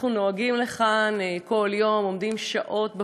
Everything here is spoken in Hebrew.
אנחנו נוהגים לכאן, כל יום עומדים שעות בפקקים,